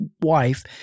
wife